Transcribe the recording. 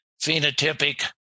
phenotypic